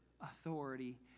authority